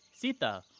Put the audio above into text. sita,